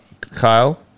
Kyle